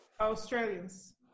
Australians